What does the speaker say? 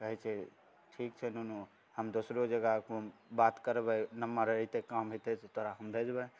कहैत छै ठीक छै नुनू हम दोसरो जगह कोनो बात करबै नम्बर रहै छै काम अइतै तऽ तोरा हम भेजबै